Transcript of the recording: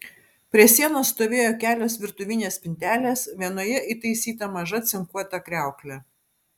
prie sienos stovėjo kelios virtuvinės spintelės vienoje įtaisyta maža cinkuota kriauklė